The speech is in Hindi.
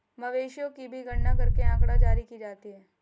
मवेशियों की भी गणना करके आँकड़ा जारी की जाती है